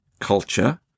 culture